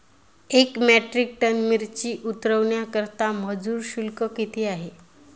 एक metric tonne मिरची उतरवण्याकरता मजुर शुल्क किती आहे?